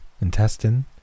intestine